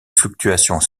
fluctuations